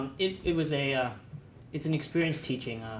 it it was a it's an experience teaching.